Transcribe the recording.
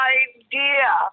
idea